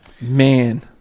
Man